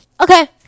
Okay